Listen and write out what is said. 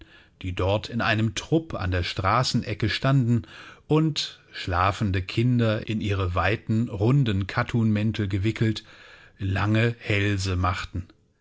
die dort in einem trupp an der straßenecke standen und schlafende kinder in ihre weiten runden kattunmäntel gewickelt lange hälse machten